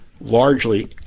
largely